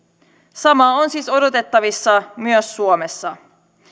sama on siis odotettavissa myös suomessa